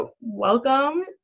welcome